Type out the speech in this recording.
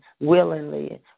willingly